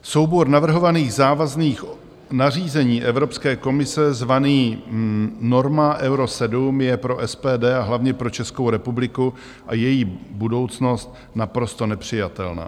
Soubor navrhovaných závazných nařízení Evropské komise zvaný norma Euro 7 je pro SPD, a hlavně pro Českou republiku a její budoucnost naprosto nepřijatelná.